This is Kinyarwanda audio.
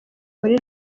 muri